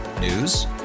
News